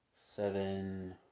Seven